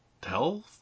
tell